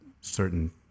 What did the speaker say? certain